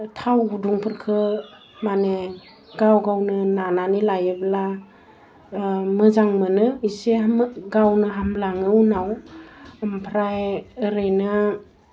थाव गुदुंफोरखौ माने गाव गावनो नानानै लायोब्ला मोजां मोनो एसे गावनो हामलाङो उनाव ओमफ्राय ओरैनो